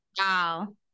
Wow